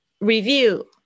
review